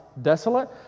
Desolate